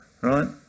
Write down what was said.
right